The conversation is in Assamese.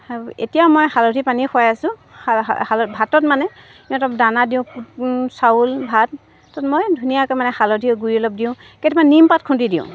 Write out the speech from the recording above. এতিয়া মই হালধি পানী খুৱাই আছোঁ ভাতত মানে তলত দানা দিওঁ চাউল ভাত তাত মই ধুনীয়াকৈ মানে হালধি গুড়ি অলপ দিওঁ কেতিয়াবা নিমপাত খুন্দি দিওঁ